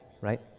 right